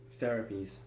therapies